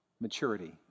Maturity